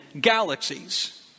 galaxies